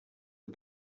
are